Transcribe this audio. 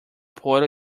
portal